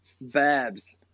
Babs